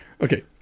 Okay